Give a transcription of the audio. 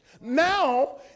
now